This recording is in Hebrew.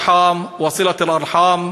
חברי חברות